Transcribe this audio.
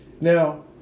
Now